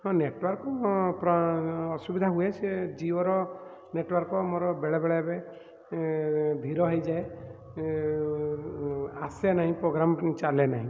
ହଁ ନେଟୱାର୍କ ପ୍ର ଅସୁବିଧା ହୁଏ ସେ ଜିଓର ନେଟୱାର୍କ ମୋର ବେଳେ ବେଳେ ଏବେ ଧୀର ହୋଇଯାଏ ଆସେନାହିଁ ପ୍ରୋଗ୍ରାମ୍ ଚାଲେନାହିଁ